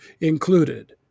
included